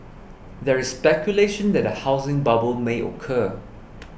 there is speculation that a housing bubble may occur